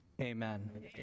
amen